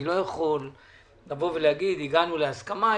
אני יכול לבוא ולהגיד הגענו להסכמה,